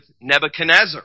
Nebuchadnezzar